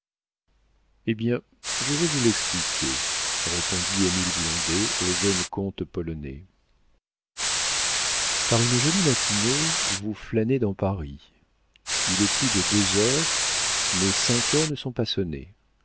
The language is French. eh bien je vais vous l'expliquer répondit émile blondet au jeune comte polonais par une jolie matinée vous flânez dans paris il est plus de deux heures mais cinq heures ne sont pas